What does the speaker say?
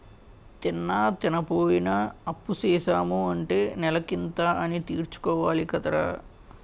తిన్నా, తినపోయినా అప్పుసేసాము అంటే నెలకింత అనీ తీర్చుకోవాలి కదరా